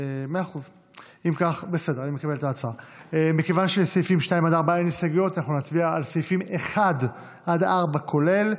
סיעת הציונות הדתית לסעיף 1 לא נתקבלה.